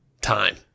Time